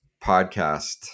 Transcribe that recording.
podcast